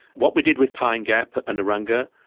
what we did with pine gap and urunga,